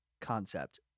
concept